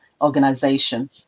Organization